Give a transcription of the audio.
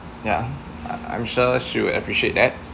ya I I'm sure she'll appreciate that